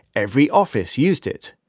every office used it.